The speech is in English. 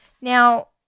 Now